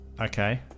Okay